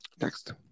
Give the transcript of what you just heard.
Next